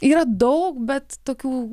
yra daug bet tokių